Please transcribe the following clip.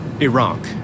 Iraq